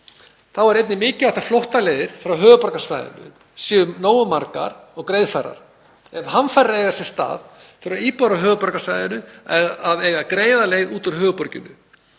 Þá er einnig mikilvægt að flóttaleiðir frá höfuðborgarsvæðinu séu nógu margar, og greiðfærar. Ef hamfarir eiga sér stað þurfa íbúar á höfuðborgarsvæðinu að eiga greiða leið út úr höfuðborginni.